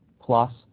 plus